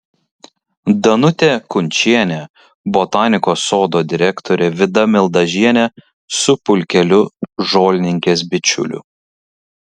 danutė kunčienė botanikos sodo direktorė vida mildažienė su pulkeliu žolininkės bičiulių